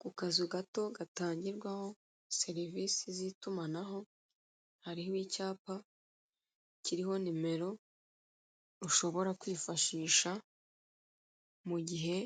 Ku kazu gato gatangirwaho serivise z'itumanaho hariho nimero ushobora kwifashisha mu gihe